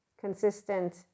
consistent